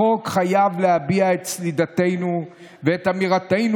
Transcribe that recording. החוק חייב להביע את סלידתנו ואת אמירתנו